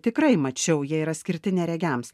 tikrai mačiau jie yra skirti neregiams